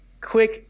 quick